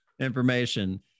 Information